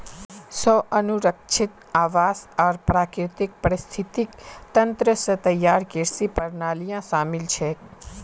स्व अनुरक्षित आवास आर प्राकृतिक पारिस्थितिक तंत्र स तैयार कृषि प्रणालियां शामिल छेक